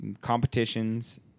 competitions